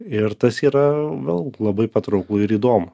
ir tas yra vėl labai patrauklu ir įdomu